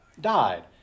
Died